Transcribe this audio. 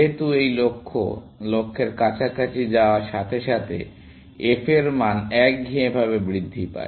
যেহেতু এই লক্ষ্য লক্ষ্যের কাছাকাছি যাওয়ার সাথে সাথে f এর মান একঘেয়ে বৃদ্ধি পায়